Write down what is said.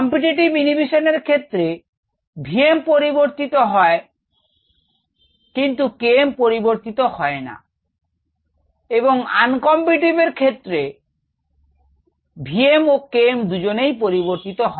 competitive inhibition এর ক্ষেত্রে V m পরিবর্তিত হয় কিন্তু K m হয় না এবং uncompetitive এর ক্ষেত্রে V m ও K m দুজনেই পরিবর্তিত হয়